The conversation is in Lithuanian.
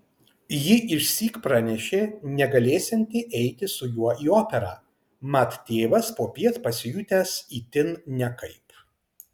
ji išsyk pranešė negalėsianti eiti su juo į operą mat tėvas popiet pasijutęs itin nekaip